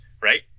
right